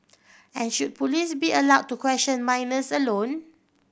and should police be allowed to question minors alone